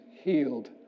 healed